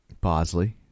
Bosley